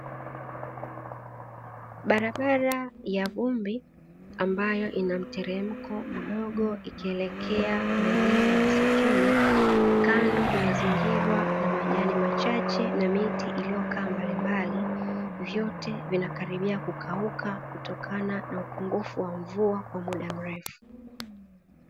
Barabara ya vumbi ambayo ina mteremko mdogo ikielekea maeneo ya msituni, kando imezingirwa na majani machache na miti iliyokaa mbalimbali, vyote vinakaribia kukauka kutokana na upungufu wa mvua kwa mda mrefu.